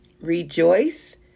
Rejoice